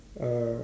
uh